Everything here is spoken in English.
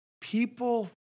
people